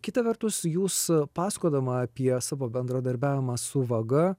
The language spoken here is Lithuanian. kita vertus jūs pasakodama apie savo bendradarbiavimą su vaga